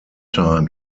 time